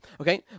Okay